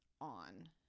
on